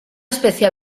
especie